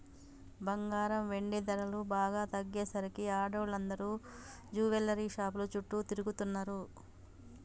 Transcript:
బంగారం, వెండి ధరలు బాగా తగ్గేసరికి ఆడోళ్ళందరూ జువెల్లరీ షాపుల చుట్టూ తిరుగుతున్నరు